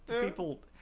People